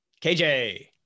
KJ